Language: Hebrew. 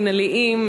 מינהליים,